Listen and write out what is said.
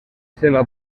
seva